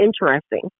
interesting